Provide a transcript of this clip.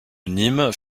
nîmes